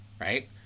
right